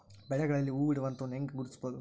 ಬೆಳೆಗಳಲ್ಲಿ ಹೂಬಿಡುವ ಹಂತವನ್ನು ಹೆಂಗ ಗುರ್ತಿಸಬೊದು?